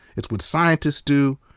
it's what scientists do,